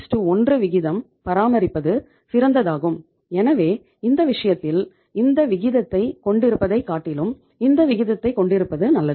331 விகிதம் பராமரிப்பது சிறந்ததாகும் எனவே இந்த விஷயத்தில் இந்த விகிதத்தைக் கொண்டிருப்பதைக் காட்டிலும் இந்த விகிதத்தைக் கொண்டிருப்பது நல்லது